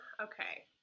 Okay